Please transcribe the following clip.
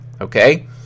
okay